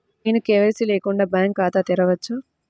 నేను కే.వై.సి లేకుండా బ్యాంక్ ఖాతాను తెరవవచ్చా?